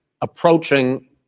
approaching